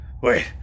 Wait